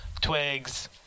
twigs